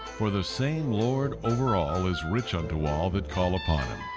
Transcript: for the same lord over all is rich unto all that call upon him.